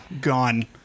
gone